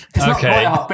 okay